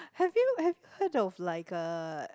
have you have you heard of like uh